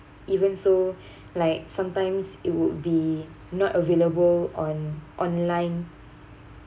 even so like sometimes it would be not available on online